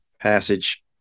passage